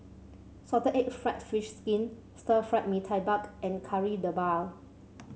Salted Egg fried fish skin Stir Fried Mee Tai Mak and Kari Debal